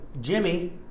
Jimmy